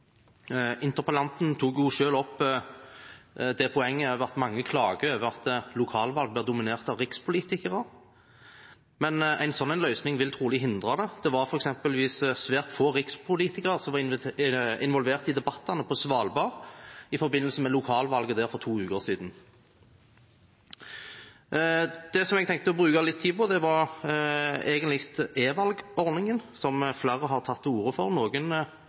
Interpellanten tok selv opp det poenget at mange klager over at lokalvalg blir dominert av rikspolitikere, men en sånn løsning vil trolig hindre det. Det var f.eks. svært få rikspolitikere som var involvert i debattene på Svalbard i forbindelse med lokalvalget der for to uker siden. Det som jeg tenkte å bruke litt tid på, er e-valgordningen, som flere har tatt til orde for – noen